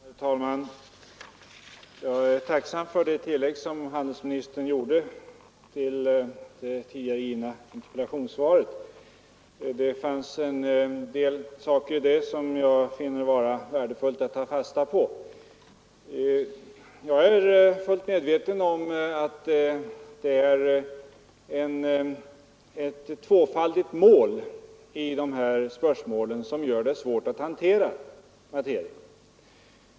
Herr talman! Jag är tacksam för det tillägg som handelsministern gjorde till det tidigare givna interpellationssvaret. Det fanns en del saker i det som jag finner värdefullt att ta fasta på. Jag är fullt medveten om att det är ett tvåfaldigt mål i dessa spörsmål, som gör det svårt att hantera materien.